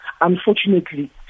unfortunately